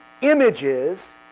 images